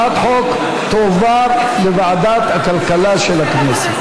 החוק תועבר לוועדת הכלכלה של הכנסת.